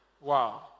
Wow